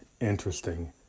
interesting